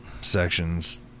sections